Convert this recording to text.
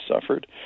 suffered